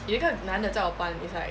有一个男的在我班 it's like